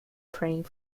praying